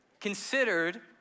considered